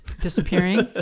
disappearing